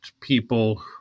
people